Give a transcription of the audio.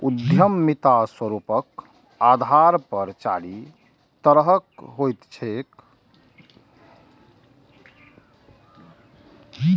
उद्यमिता स्वरूपक आधार पर चारि तरहक होइत छैक